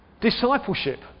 Discipleship